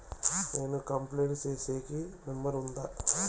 నేను కంప్లైంట్ సేసేకి నెంబర్ ఉందా?